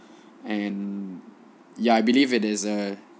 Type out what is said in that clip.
and ya I believe it is a